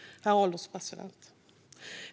Herr ålderspresident!